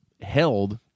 held